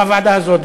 גם הוועדה הזאת,